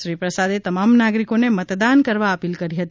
શ્રી પ્રસાદે તમામ નાગરિકોને મતદાન કરવા અપીલ કરી હતી